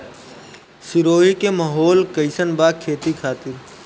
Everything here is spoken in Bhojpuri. सिरोही के माहौल कईसन बा खेती खातिर?